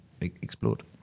explored